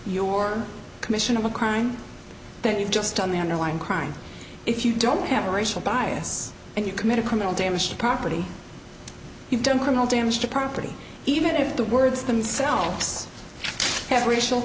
your commission of a crime that you've just done the underlying crime if you don't have a racial bias and you committed criminal damage to property you don't criminal damage to property even if the words themselves have racial